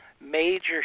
major